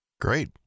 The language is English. Great